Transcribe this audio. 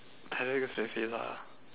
lah